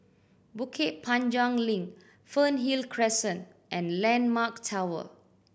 Bukit Panjang Link Fernhill Crescent and Landmark Tower